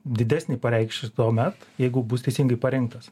didesnį pareikši tuomet jeigu bus teisingai paregtas